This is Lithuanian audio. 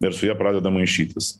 ir su ja pradeda maišytis